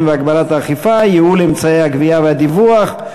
והגברת האכיפה (ייעול אמצעי הגבייה ודיווח),